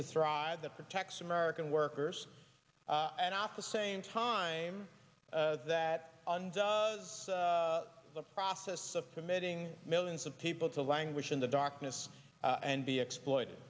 to thrive that protects american workers and off the same time that the process of committing millions of people to languish in the darkness and be exploited